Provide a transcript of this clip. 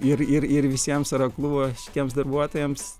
ir ir ir visiems aeroklubo tiems darbuotojams